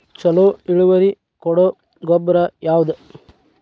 ಛಲೋ ಇಳುವರಿ ಕೊಡೊ ಗೊಬ್ಬರ ಯಾವ್ದ್?